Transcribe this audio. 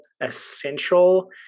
essential